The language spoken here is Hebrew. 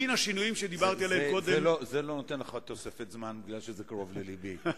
זה לא נותן לך תוספת זמן, שזה קרוב ללבי.